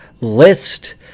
list